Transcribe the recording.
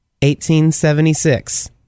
1876